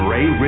Ray